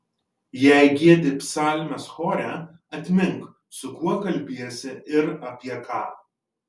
jei giedi psalmes chore atmink su kuo kalbiesi ir apie ką